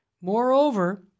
Moreover